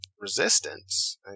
resistance